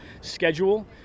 schedule